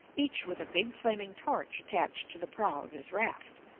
each with a big, flaming torch attached to the prow of his raft,